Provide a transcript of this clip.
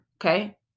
Okay